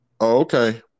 okay